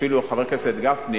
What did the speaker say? אפילו, חבר הכנסת גפני